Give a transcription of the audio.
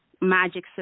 magic